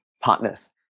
partners